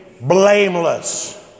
blameless